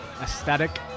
aesthetic